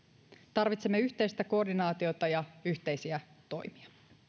tarvitsemme yhteistä koordinaatiota ja yhteisiä toimia